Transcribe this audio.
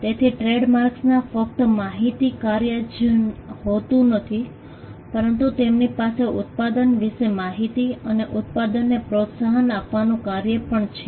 તેથી ટ્રેડમાર્ક્સમાં ફક્ત માહિતી કાર્ય જ હોતું નથી પરંતુ તેમની પાસે ઉત્પાદન વિશે માહિતી તથા ઉત્પાદનને પ્રોત્સાહન આપવાનું કાર્ય પણ છે